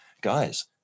Guys